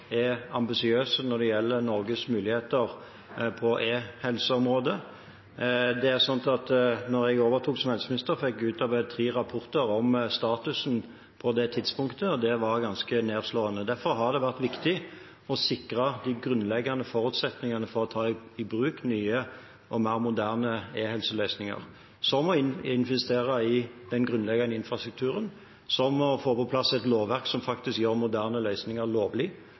er ambisiøse når det gjelder Norges muligheter på e-helseområdet. Da jeg overtok som helseminister, fikk jeg utarbeidet tre rapporter om statusen på det tidspunktet, og det var ganske nedslående. Derfor har det vært viktig å sikre de grunnleggende forutsetningene for å ta i bruk nye og mer moderne e-helseløsninger, som å investere i den grunnleggende infrastrukturen, som å få på plass et lovverk som faktisk gjør moderne løsninger